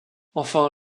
enfin